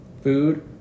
food